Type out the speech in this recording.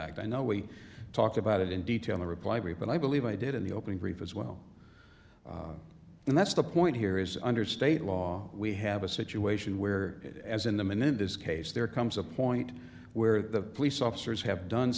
act i know we talked about it in detail the reply but i believe i did in the opening brief as well and that's the point here is under state law we have a situation where as in them and in this case there comes a point where the police officers have done